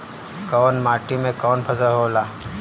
कवन माटी में कवन फसल हो ला?